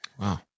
Wow